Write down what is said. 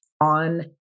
on